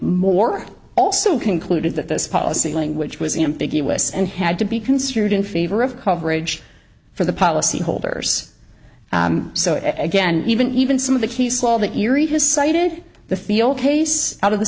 more also concluded that this policy language was ambiguous and had to be considered in favor of coverage for the policyholders so again even even some of the key small that eury has cited the feel case out of the